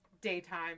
daytime